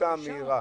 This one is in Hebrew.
בתפיסה המהירה,